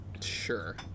Sure